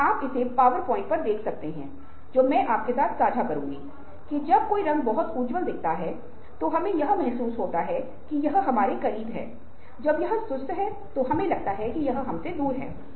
और जब आप क्रिएटिविटी शुरू करते हैं तो इसमें से बहुत कुछ ट्रायल और एरर टाइप्स का होता है